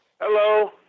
Hello